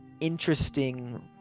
interesting